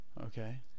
okay